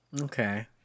Okay